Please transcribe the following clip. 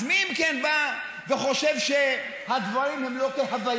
אז מי, אם כן, בא וחושב שהדברים הם לא כהווייתם?